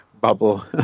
bubble